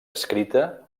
escrita